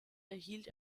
erhielt